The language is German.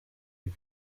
die